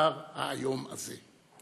הדבר האיום הזה.